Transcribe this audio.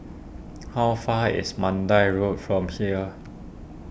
how far is Mandai Road from here